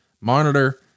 monitor